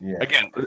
again